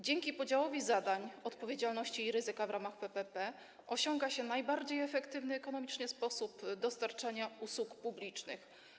Dzięki podziałowi zadań, odpowiedzialności i ryzyka w ramach PPP osiąga się najbardziej efektywny ekonomicznie sposób dostarczania usług publicznych.